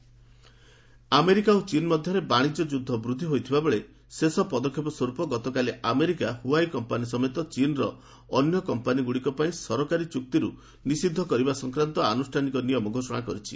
US ଚୀନ୍ America ଓ ଚୀନ୍ ମଧ୍ୟରେ ବାଣିଜ୍ୟ ଯୁଦ୍ଧ ବୃଦ୍ଧି ହୋଇଥିଲା ବେଳେ ଶେଷପଦକ୍ଷେପ ସ୍ୱରୂପ ଗତକାଲି ଆମେରିକା ହୁଆଇ କମ୍ପାନି ସମେତ ଚୀନର ଅନ୍ୟ କମ୍ପାନିଗୁଡ଼ିକ ପାଇଁ ସରକାରୀ ଚୁକ୍ତିରୁ ନିଷିଦ୍ଧ କରିବା ସଂକ୍ରାନ୍ତ ଆନୁଷ୍ଠାନିକ ନିୟମ ଘୋଷଣା କରିଛି